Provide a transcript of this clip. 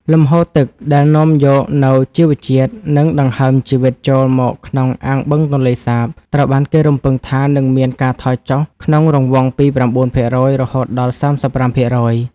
លំហូរទឹកដែលនាំយកនូវជីវជាតិ និងដង្ហើមជីវិតចូលមកក្នុងអាងបឹងទន្លេសាប ត្រូវបានគេរំពឹងថានឹងមានការថយចុះក្នុងរង្វង់ពី ៩% រហូតដល់ ៣៥%។